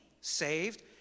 saved